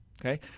okay